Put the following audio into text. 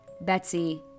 Betsy